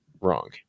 Wrong